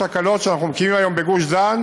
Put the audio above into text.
הקלות שאנחנו מקימים היום בגוש-דן,